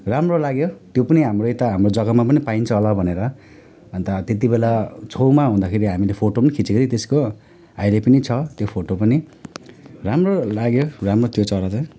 राम्रो लाग्यो त्यो पनि हाम्रो यता हाम्रो जगामा पनि पाइन्छ होला भनेर अन्त त्यति बेला छेउमा हुँदाखेरि हामीले फोटो पनि खिचेको थियो त्यसको अहिले पनि छ त्यो फोटो पनि राम्रो लाग्यो राम्रो त्यो चरा चाहिँ